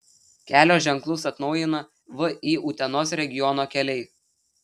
kelio ženklus atnaujina vį utenos regiono keliai